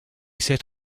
set